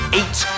eight